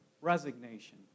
Resignation